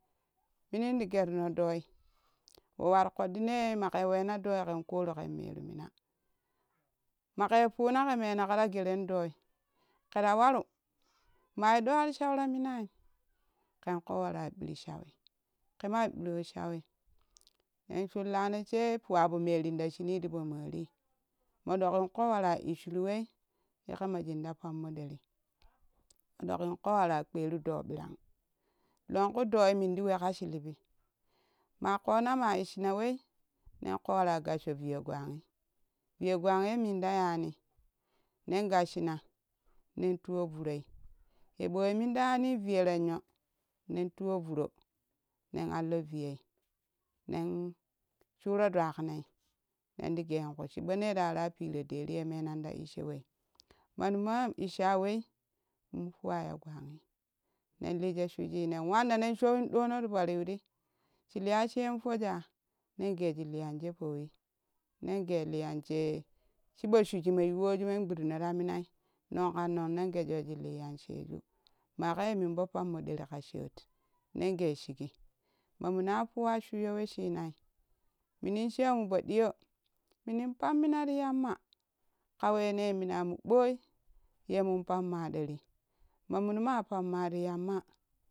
Minin ti genro doi we war ƙodɗo ne maƙe wena doi ƙen koru ƙan meru mina make funa ƙe mena ƙo ra geren doi ƙera waru mai ɗoo arshai ta minaim ƙen koo wara ɓiir shawii ƙe maa ɓiro shawii ken shutlano shee fuwa foo merin ta shunii ti poo morii mo ɗokkin ƙoo wara iccirun wei ye kama shunu ta pammo deri mo doƙin ƙoo wara ƙpiru doo ɓirang longku doi minti we ka shilibi ma ƙona ma iccina wei nen ƙoo wara gossho viye gwanghi viye gwang ye min ta yani nen gasshina nen tuwo vuroi ye boi minta yani viye renyo nen tuwo vuro nen allo viyei nen shuroo dwaknei nenti genkuu chibone ra ra piro deri ye menan takaho wei manema veha wei mun tuwo ya gwashi nen lishe shujii nee wanna nen showin ɗono ti po nwin shiiliya shen foojaa nen geshi liyan she fowii nen ge liyan she chiboshuj me yuwaju men gwoɗino ta minai angƙan nong nen gejyo shi liyya shedu maƙa ye min fo pamo ɗeri ƙa sheet nen ge shigi ma mona fuwa shuyyo we shinai minin shemu to ɗiyo minin pamminati yamma ƙa wene minamu ɓoi ye mun pamma derii ma munma pammari yamma